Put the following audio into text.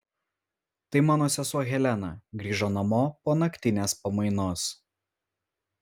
tai mano sesuo helena grįžo namo po naktinės pamainos